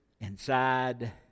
inside